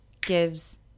gives